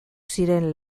ziren